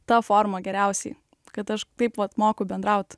ta forma geriausiai kad aš taip vat moku bendraut